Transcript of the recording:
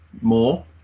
more